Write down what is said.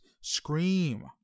Scream